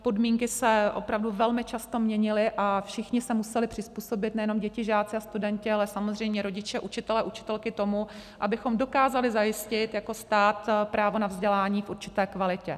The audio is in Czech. Podmínky se opravdu velmi často měnily a všichni se museli přizpůsobit, nejenom děti, žáci a studenti, ale samozřejmě rodiče, učitelé, učitelky, tomu, abychom dokázali zajistit jako stát právo na vzdělání v určité kvalitě.